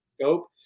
scope